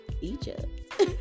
Egypt